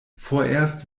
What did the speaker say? vorerst